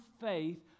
faith